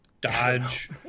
dodge